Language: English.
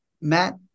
matt